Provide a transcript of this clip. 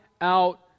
out